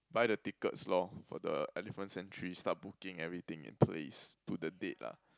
buy the tickets lor for the elephant sanctuary start booking everything in place to the date lah